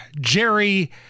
Jerry